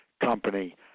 company